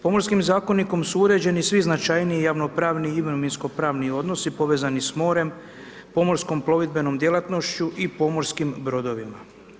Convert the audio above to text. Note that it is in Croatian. Pomorskim zakonikom su uređeni svi značajniji javnopravni i imovinskopravni odnosi povezani s morem, pomorskom plovidbenom djelatnošću i pomorskim brodovima.